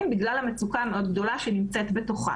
בגלל המצוקה המאוד גדולה שהיא נמצאת בתוכה.